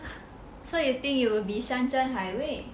so you think it will be 山珍海味